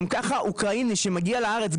גם ככה אוקראיני שמגיע לארץ,